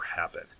happen